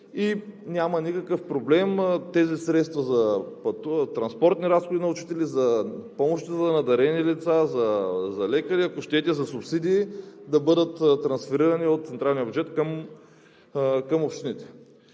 и няма никакъв проблем тези средства за транспортни разходи на учители, за помощи за надарени деца, за лекари, ако щете, за субсидии да бъдат трансферирани от централния бюджет към общините.